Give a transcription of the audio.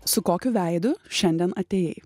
su kokiu veidu šiandien atėjai